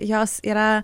jos yra